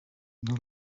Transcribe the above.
not